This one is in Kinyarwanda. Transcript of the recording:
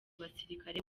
basirikare